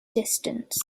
distance